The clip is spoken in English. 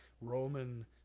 Roman